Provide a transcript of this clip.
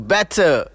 Better